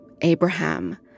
Abraham